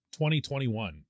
2021